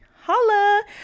holla